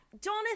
Donna